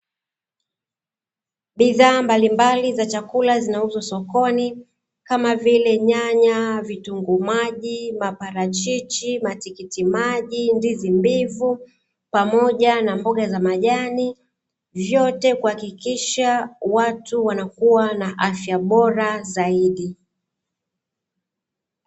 Bidhaa mbalimbali za chakula zinauzwa sokoni kama vile: nyanya, vitunguu maji, maparachichi, matikitimaji, ndizi mbivu pamoja na mboga za majani. Vyote kuhakikisha watu wanakua na afya bora zaidi.